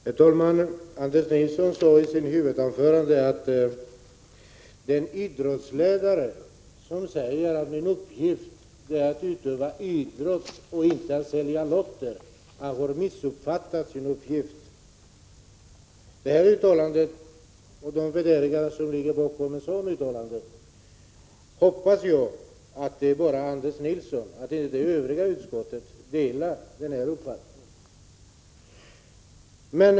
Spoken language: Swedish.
Herr talman! Anders Nilsson sade i sitt huvudanförande att den idrottsledare som säger att hans uppgift är att utöva idrott och inte att sälja lotter har missuppfattat sin uppgift. Det uttalandet och de värderingar som ligger bakom ett sådant uttalande hoppas jag står bara för Anders Nilsson och att det övriga utskottet inte delar den uppfattningen.